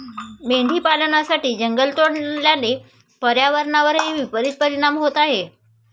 मेंढी पालनासाठी जंगल तोडल्याने पर्यावरणावरही विपरित परिणाम होत आहे